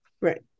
right